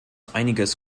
einiges